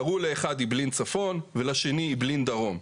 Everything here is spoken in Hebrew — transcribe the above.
קראו לאחד אעבלין צפון ולשני אעבלין דרום.